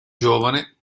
giovane